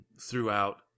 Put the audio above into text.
throughout